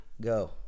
Go